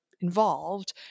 involved